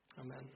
Amen